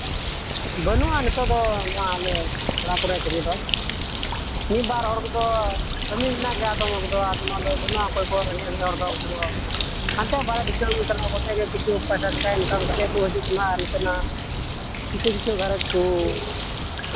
ᱵᱟᱹᱱᱩᱜᱼᱟ ᱱᱤᱛᱚᱜ ᱫᱚ ᱱᱚᱣᱟ ᱟᱞᱮ ᱚᱲᱟᱜ ᱠᱚᱨᱮᱜ ᱠᱟᱹᱢᱤ ᱫᱚ ᱢᱤᱫ ᱵᱟᱨ ᱦᱚᱲ ᱠᱚᱫᱚ ᱠᱟᱹᱢᱤ ᱢᱮᱱᱟᱜ ᱜᱮᱭᱟ ᱟᱫᱚᱢ ᱠᱚᱫᱚ ᱟᱫᱚ ᱱᱚᱣᱟ ᱫᱚ ᱵᱟᱹᱱᱩᱜᱼᱟ ᱚᱠᱚᱭ ᱠᱚ ᱨᱮᱸᱜᱮᱡ ᱚᱨᱮᱡ ᱦᱚᱲ ᱠᱚ ᱩᱱᱠᱩ ᱫᱚ ᱦᱟᱱᱛᱮ ᱵᱟᱦᱨᱮ ᱫᱤᱥᱚᱢ ᱪᱟᱞᱟᱣ ᱠᱟᱛᱮᱫ ᱜᱮ ᱠᱤᱪᱷᱩ ᱴᱟᱠᱟ ᱢᱟᱠᱟ ᱤᱱᱠᱟᱢ ᱠᱟᱛᱮᱫ ᱚᱱᱟ ᱚᱱᱛᱮᱱᱟᱜ ᱠᱤᱪᱷᱩ ᱠᱤᱪᱷᱩ ᱜᱷᱟᱨᱚᱸᱡᱽ ᱠᱚ